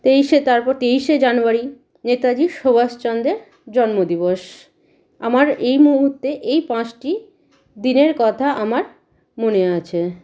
তেইশে তারপর তেইশে জানুয়ারি নেতাজি সুভাষচন্দ্রের জন্ম দিবস আমার এই মুহূর্তে এই পাঁচটি দিনের কথা আমার মনে আছে